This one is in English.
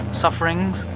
sufferings